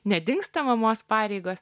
nedingsta mamos pareigos